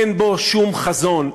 אין בו שום חזון,